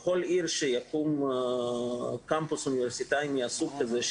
בכל עיר שיקום קמפוס אוניברסיטאי מהסוג הזה,